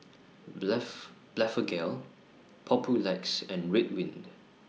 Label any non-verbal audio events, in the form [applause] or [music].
[unintelligible] Blephagel Papulex and Ridwind